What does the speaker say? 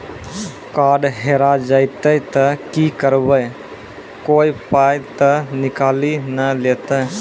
Card हेरा जइतै तऽ की करवै, कोय पाय तऽ निकालि नै लेतै?